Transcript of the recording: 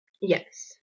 Yes